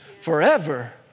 forever